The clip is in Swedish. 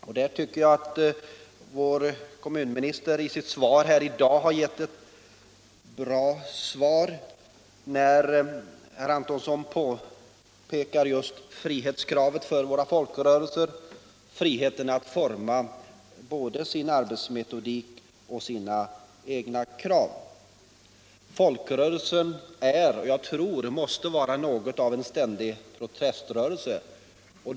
Jag tycker att vår kommunminister här i dag har gett ett bra svar, när han betonar kravet på frihet för våra folkrörelser, frihet att forma både sin arbetsmetodik och sina egna krav. Folkrörelsen är — och jag tror att den måste vara — något av en ständig proteströrelse.